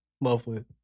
Lovely